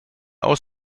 aus